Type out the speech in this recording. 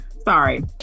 sorry